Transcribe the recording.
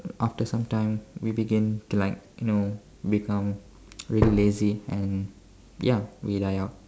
after some time we began to like you know become really lazy and ya we'll die out